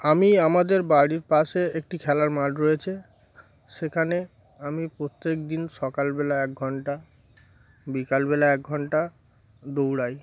আমি আমাদের বাড়ির পাশে একটি খেলার মাঠ রয়েছে সেখানে আমি প্রত্যেক দিন সকালবেলা এক ঘণ্টা বিকালবেলা এক ঘণ্টা দৌড়াই